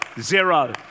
zero